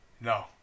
no